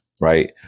right